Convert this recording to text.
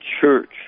church